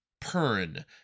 Pern